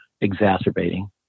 exacerbating